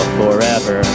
forever